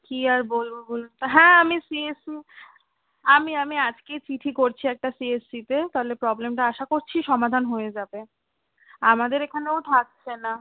কী আর বলবো বলুন তো হ্যাঁ আমি সিইএসসি আমি আমি আজকেই চিঠি করছি একটা সি ই এস সিতে তালে প্রব্লেমটা আশা করছি সমাধান হয়ে যাবে আমাদের এখানেও থাকছে না